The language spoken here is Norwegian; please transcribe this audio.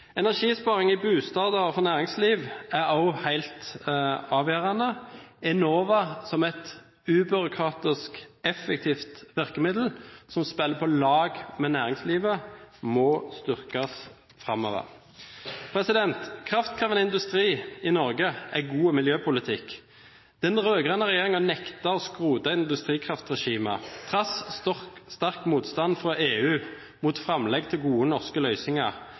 Energisparing i boliger og i næringslivet er også helt avgjørende. Enova, som et ubyråkratisk, effektivt virkemiddel som spiller på lag med næringslivet, må styrkes framover. Kraftkrevende industri i Norge er god miljøpolitikk. Den rød-grønne regjeringen nektet å skrote industrikraftregimet. Til tross for sterk motstand fra EU mot framlegg til gode norske løsninger